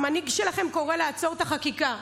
המנהיג שלכם קורא לעצור את החקיקה.